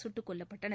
சுட்டுக்கொல்லப்பட்னர்